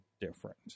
different